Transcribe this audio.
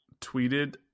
tweeted